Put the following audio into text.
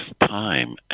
time